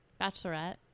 Bachelorette